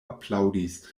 aplaŭdis